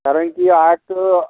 कारण की आर्ट